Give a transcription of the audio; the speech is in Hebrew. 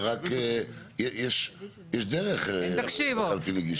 יש דרך לקלפי נגיש.